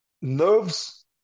nerves